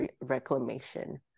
reclamation